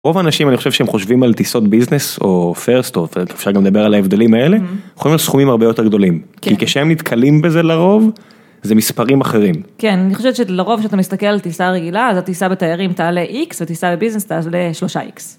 רוב האנשים אני חושב שהם חושבים על טיסות ביזנס או פרסט, אפשר גם לדבר על ההבדלים האלה, חושבים על סכומים הרבה יותר גדולים, כי כשהם נתקלים בזה לרוב זה מספרים אחרים. כן, אני חושבת שלרוב כשאתה מסתכל על טיסה רגילה אז הטיסה בתיירים תעלה x וטיסה בביזנס תעלה 3x.